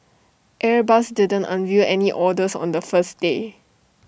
airbus didn't unveil any orders on the first day